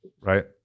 Right